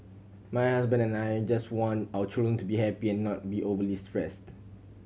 my husband and I just want our children to be happy and not be overly stressed